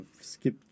skip